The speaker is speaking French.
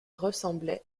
ressemblait